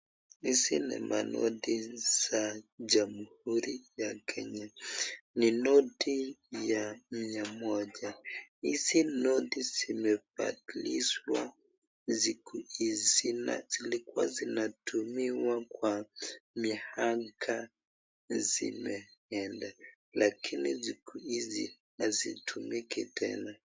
Hizi ni manoti za jamhuri ya Kenya. Ni noti ya mia moja. Hizi noti zimebadilishwa zilikuwa zinatumiwa kwa mihanga zimeendelea lakini siku hizi hazitumiki tena.